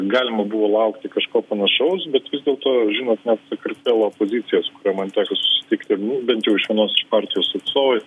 galima buvo laukti kažko panašaus bet vis dėlto žinot net sakartvelo opozicija su kuria man teko sutikti bent jau iš vienos iš partijos atstovais